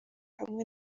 hamwe